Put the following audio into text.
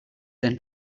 than